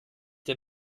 der